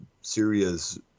Syria's